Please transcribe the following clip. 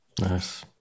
Nice